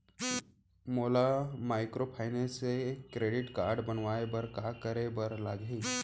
मोला माइक्रोफाइनेंस के credit card बनवाए बर का करे बर लागही?